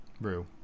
Brew